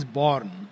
born